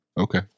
okay